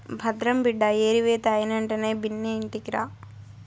భద్రం బిడ్డా ఏరివేత అయినెంటనే బిన్నా ఇంటికిరా